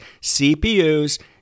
CPUs